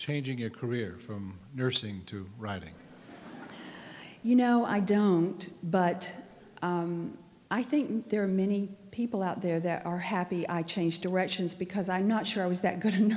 changing your career from nursing to writing you know i don't but i think there are many people out there that are happy i changed directions because i'm not sure i was that good